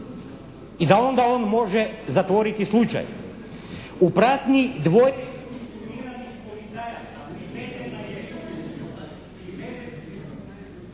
i da onda on može zatvoriti slučaj. U pratnji dvoje